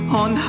on